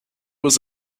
was